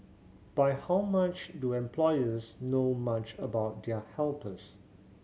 but how much do employers know much about their helpers